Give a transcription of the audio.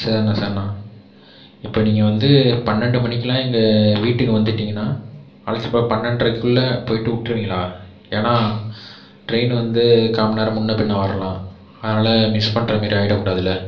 செரிணா செரிணா இப்போ நீங்கள் வந்து பன்னண்டு மணிக்கெலாம் எங்கள் வீட்டுக்கு வந்துட்டிங்கன்னா அழைச்சிட்டு போக பன்னண்டிரைகுள்ள போயிட்டு விட்ருவீங்களா ஏன்னா ட்ரெயின் வந்து கால் மணி நேரம் முன்னே பின்னே வரலாம் அதனால் மிஸ் பண்ணுற மாரி ஆகிட கூடாதில்ல